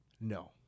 No